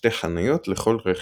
שתי חניות לכל רכב.